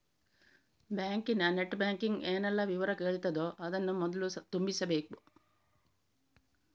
ಬ್ಯಾಂಕಿನ net banking ಏನೆಲ್ಲ ವಿವರ ಕೇಳ್ತದೋ ಅದನ್ನ ಮೊದ್ಲು ತುಂಬಿಸ್ಬೇಕು